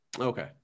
Okay